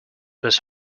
was